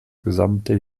gesamte